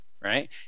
right